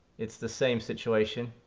it's the same situation,